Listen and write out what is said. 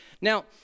Now